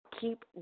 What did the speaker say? Keep